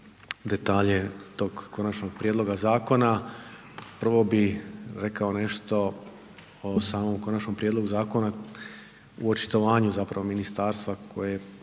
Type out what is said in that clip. detalje tog konačnog prijedloga zakona, prvo bi rekao nešto o samom konačnom prijedlogu zakona u očitovanju zapravo ministarstva koje